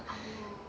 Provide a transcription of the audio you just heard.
oh